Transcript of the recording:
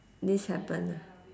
this happen ah